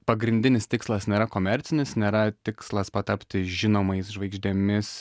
pagrindinis tikslas nėra komercinis nėra tikslas patapti žinomais žvaigždėmis